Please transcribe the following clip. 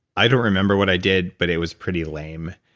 i don't remember what i did but it was pretty lame.